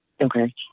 Okay